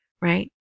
Right